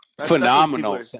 Phenomenal